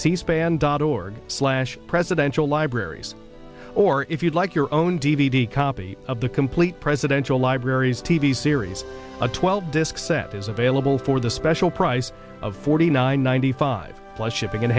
c span dot org slash presidential libraries or if you like your own d v d copy of the complete presidential libraries t v series a twelve disc set is available for the special price of forty nine ninety five plus shipping and